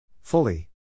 Fully